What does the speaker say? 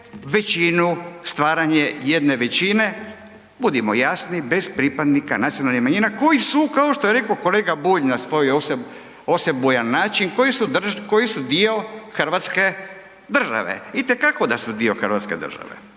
većinu, stvaranje jedne većine, budimo jasni, bez pripadnika nacionalnih manjina koji su kao što je rekao kolega Bulj na svoj osebujan način, koji su dio hrvatske države. Itekako da su dio hrvatske države.